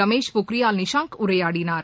Ramesh Pokhriyal Nishank உரையாடனார்